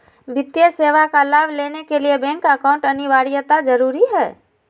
वित्तीय सेवा का लाभ लेने के लिए बैंक अकाउंट अनिवार्यता जरूरी है?